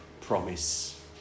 promise